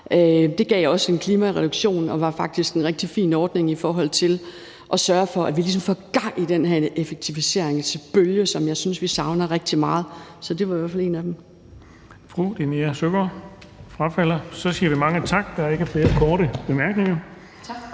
Det gav også en klimareduktion og var faktisk en rigtig fin ordning i forhold til at sørge for, at vi ligesom fik gang i den her effektiviseringsbølge, som jeg synes vi savner rigtig meget. Så det var i hvert fald et af dem. Kl. 19:44 Den fg. formand (Erling Bonnesen): Fru Linea Søgaard-Lidell frafalder. Så siger vi mange tak. Der er ikke flere korte bemærkninger, så